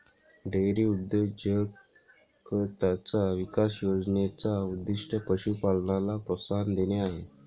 dairy उद्योजकताचा विकास योजने चा उद्दीष्ट पशु पालनाला प्रोत्साहन देणे आहे